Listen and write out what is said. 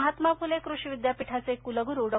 महात्मा फुले कृषि विद्यापीठाचे कुलगुरु डॉ